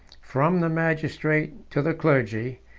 from the magistrate to the clergy,